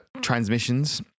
transmissions